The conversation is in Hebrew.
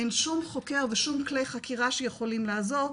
אין שום חוקר ושום כלי חקירה שיכולים לעזור,